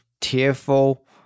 tearful